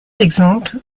exemples